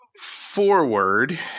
forward